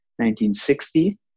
1960